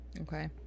Okay